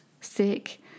sick